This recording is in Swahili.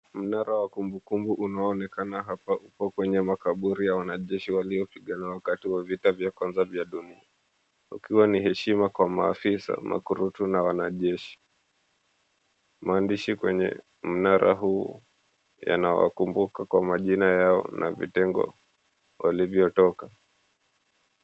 Mnara wa kumbukumbu unao onekana hapa uko kwenye makaburi ya wanajeshi waliopigana wakati wa vita vya kwanza vya dunia. Ukiwa ni heshima kwa maafisa, makurutu na wanajeshi. Maandishi kwenye mnara huu, yanawakumbuka kwa majina yao na vitengo walivyotoka.